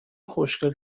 خوشگل